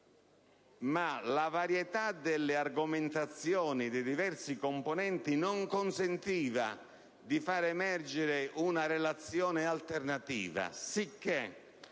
ma la varietà delle argomentazioni espresse dai diversi componenti non consentiva di fare emergere una relazione alternativa sicché,